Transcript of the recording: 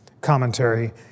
commentary